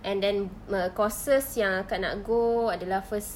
and then err courses yang akak nak go adalah first